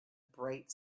bright